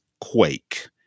Quake